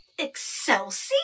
Excelsi